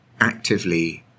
actively